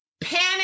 Panic